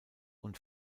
und